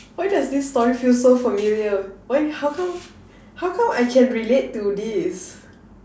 why does this story feel so familiar why how come how come I can relate to this